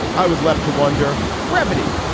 i was left to wonder previdi.